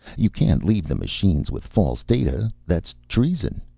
you can't leave the machines with false data. that's treason.